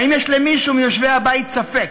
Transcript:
האם יש למישהו מיושבי הבית ספק